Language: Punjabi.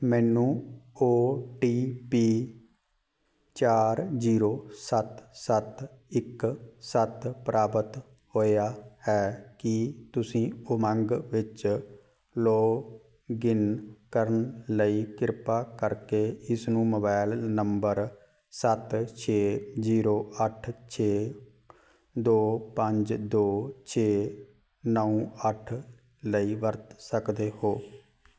ਮੈਨੂੰ ਓ ਟੀ ਪੀ ਚਾਰ ਜੀਰੋ ਸੱਤ ਸੱਤ ਇੱਕ ਸੱਤ ਪ੍ਰਾਪਤ ਹੋਇਆ ਹੈ ਕੀ ਤੁਸੀਂ ਉਮੰਗ ਵਿੱਚ ਲੌਗਇਨ ਕਰਨ ਲਈ ਕਿਰਪਾ ਕਰਕੇ ਇਸਨੂੰ ਮੋਬਾਈਲ ਨੰਬਰ ਸੱਤ ਛੇ ਜੀਰੋ ਅੱਠ ਛੇ ਦੋ ਪੰਜ ਦੋ ਛੇ ਨੌ ਅੱਠ ਲਈ ਵਰਤ ਸਕਦੇ ਹੋ